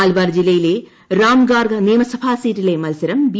ആൽവാർ ജില്ലയിലെ രാംഗാർഗ് നിയമസഭാ സീറ്റിലെ മൽസരം ബി